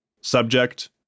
Subject